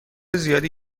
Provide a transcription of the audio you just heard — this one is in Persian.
زیادی